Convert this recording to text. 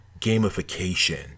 gamification